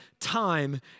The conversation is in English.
time